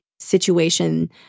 situation